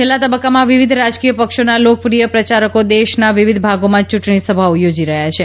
છેલ્લા તબકકામાં વિવિધ રાજકીય પક્ષોના લોકપ્રિય પ્રચારકો દેશના વિવિધ ભાગોમાં ચૂંટણી સભાઓ યોજી રહયાં છે